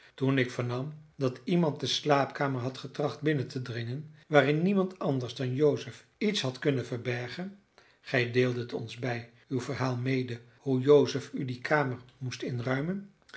toen ik vernam dat iemand de slaapkamer had getracht binnen te dringen waarin niemand anders dan joseph iets had kunnen verbergen gij deeldet ons bij uw verhaal mede hoe joseph u die kamer moest inruimen